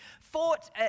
fought